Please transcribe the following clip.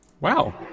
Wow